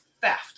theft